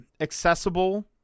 accessible